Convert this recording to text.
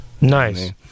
Nice